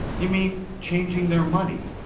you mean changing their money?